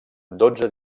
dotze